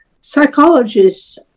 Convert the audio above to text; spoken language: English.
psychologists